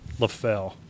LaFell